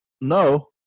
no